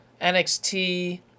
NXT